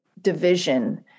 division